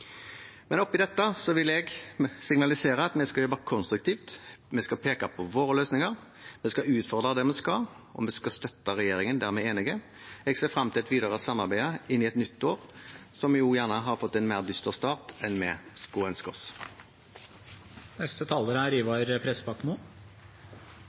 vil jeg signalisere at vi skal jobbe konstruktivt, vi skal peke på våre løsninger, vi skal utfordre der vi skal, og vi skal støtte regjeringen der vi er enige. Jeg ser fram til et videre samarbeid inn i et nytt år, som vel har fått en mer dyster start enn vi skulle ønske